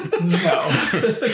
No